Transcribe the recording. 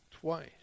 Twice